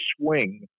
swing